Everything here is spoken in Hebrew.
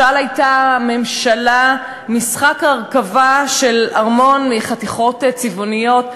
משל הייתה ממשלה משחק הרכבה של ארמון מחתיכות צבעוניות.